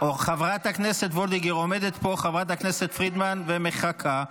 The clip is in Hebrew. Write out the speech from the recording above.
חברת הכנסת וולדיגר עומדת פה חברת הכנסת פרידמן ומחכה.